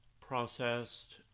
processed